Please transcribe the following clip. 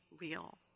real